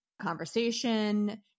Conversation